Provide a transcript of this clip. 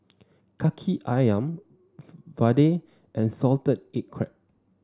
Kaki ayam Vadai and Salted Egg Crab